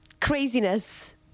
craziness